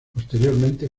posteriormente